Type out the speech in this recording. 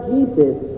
Jesus